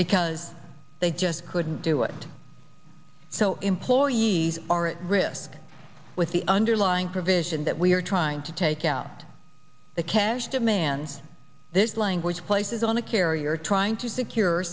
because they just couldn't do it so employees are at risk with the underlying provision that we are trying to take out the cash demands this language places on a carrier trying to secure